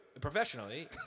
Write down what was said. Professionally